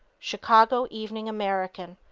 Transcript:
chicago evening american,